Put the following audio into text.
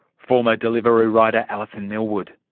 former deliveroo rider alison millwood.